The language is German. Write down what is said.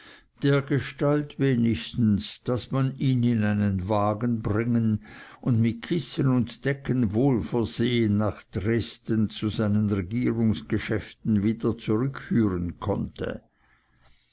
dergestalt wenigstens daß man ihn in einen wagen bringen und mit kissen und decken wohl versehen nach dresden zu seinen regierungsgeschäften wieder zurückführen konnte